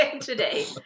today